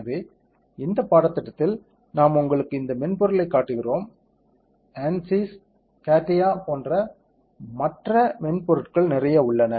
எனவே இந்த பாடத்திட்டத்தில் நாம் உங்களுக்கு இந்த மென்பொருளைக் காட்டுகிறோம் ANSYS CATIA போன்ற மற்ற மென்பொருட்கள் நிறைய உள்ளன